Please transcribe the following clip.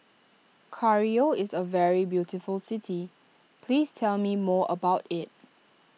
Cairo is a very beautiful city please tell me more about it